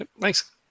Thanks